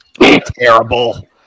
terrible